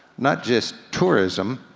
not just tourism,